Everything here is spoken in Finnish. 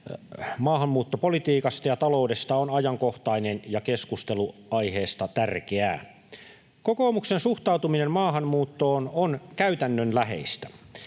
maahanmuuttopolitiikasta ja taloudesta ovat ajankohtaisia ja keskustelu aiheesta tärkeää. Kokoomuksen suhtautuminen maahanmuuttoon on käytännönläheistä.